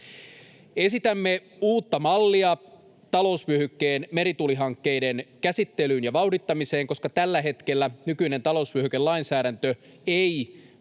Esitämme uutta mallia talousvyöhykkeen merituulihankkeiden käsittelyyn ja vauhdittamiseen, koska tällä hetkellä nykyinen talousvyöhykelainsäädäntö ei huomioi